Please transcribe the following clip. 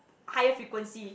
higher frequency